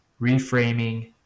reframing